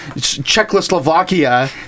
Czechoslovakia